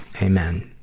amen.